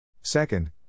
Second